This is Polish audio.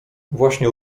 właśnie